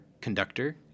conductor